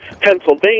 Pennsylvania